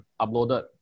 uploaded